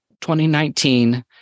2019